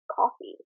coffee